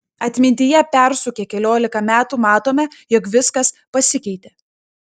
atmintyje persukę keliolika metų matome jog viskas pasikeitė